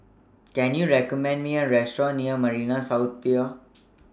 Can YOU recommend Me A Restaurant near Marina South Pier